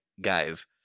guys